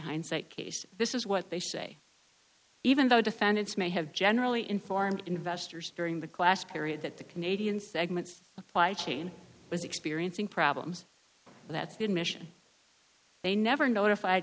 hindsight case this is what they say even though defendants may have generally informed investors during the class period that the canadian segment chain was experiencing problems and that's the admission they never notified